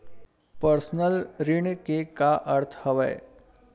Personal ऋण के का अर्थ हवय?